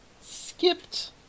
Skipped